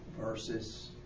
versus